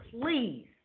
Please